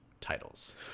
titles